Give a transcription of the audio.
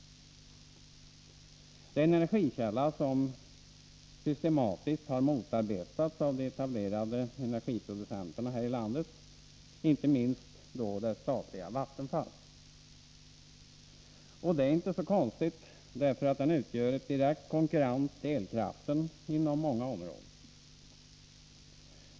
Naturgas är en energikälla som systematiskt har motarbetats av de etablerade energiproducenterna här i landet, inte minst av det statliga Vattenfall. Det är inte så konstigt, eftersom den utgör en direkt konkurrent till elkraften inom många områden.